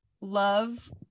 love